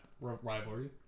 rivalry